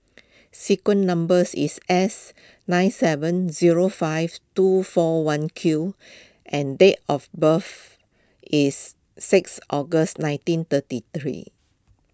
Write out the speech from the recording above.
sequin numbers is S nine seven zero five two four one Q and date of birth is six August nineteen thirty three